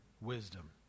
wisdom